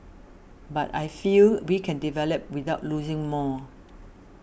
but I feel we can develop without losing more